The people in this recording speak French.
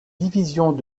divisions